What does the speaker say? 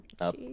up